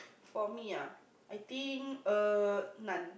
for me uh I think err none